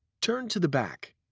turn to the back.